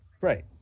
Right